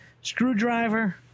screwdriver